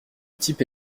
type